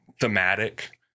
thematic